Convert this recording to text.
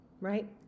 right